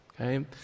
Okay